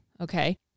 okay